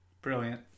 Brilliant